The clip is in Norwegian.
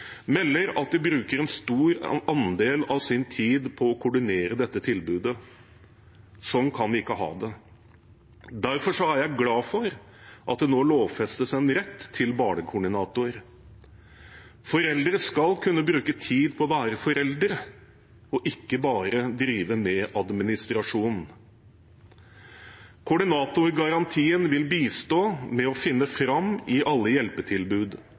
melder at de bruker en stor andel av sin tid på å koordinere dette tilbudet. Sånn kan vi ikke ha det. Derfor er jeg glad for at det nå lovfestes en rett til barnekoordinator. Foreldre skal kunne bruke tid på å være foreldre, ikke bare drive med administrasjon. Koordinatoren vil bistå med å finne fram i alle hjelpetilbud,